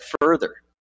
further